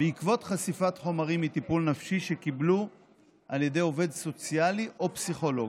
מחשיפת חומרים מטיפול נפשי שקיבלו על ידי עובד סוציאלי או פסיכולוג.